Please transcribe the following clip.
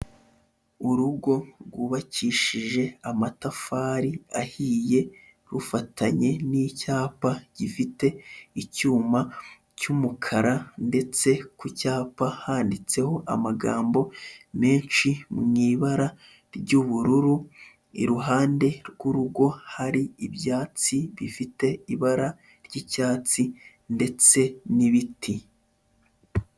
Urugo rwubakishije amatafari ahiye, rufatanye n'icyapa gifite icyuma cy'umukara ndetse ku cyapa handitseho amagambo menshi mu ibara ry'ubururu, iruhande rw'urugo hari ibyatsi bifite ibara ry'icyatsi ndetse n'ibiti.